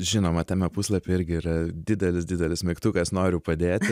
žinoma tame puslapy irgi yra didelis didelis mygtukas noriu padėti